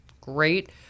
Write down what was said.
great